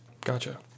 Gotcha